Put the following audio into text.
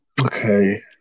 okay